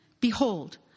Behold